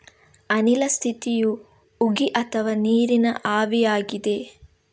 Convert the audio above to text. ಅನಿಲ ಸ್ಥಿತಿಯು ಉಗಿ ಅಥವಾ ನೀರಿನ ಆವಿಯಾಗಿದೆ